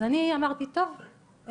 אז אני אמרתי טוב,